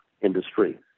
industry